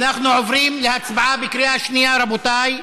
אנחנו עוברים להצבעה בקריאה שנייה, רבותי.